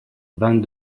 vingt